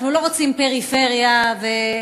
אנחנו לא רוצים פריפריה והכול,